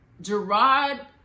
Gerard